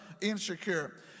insecure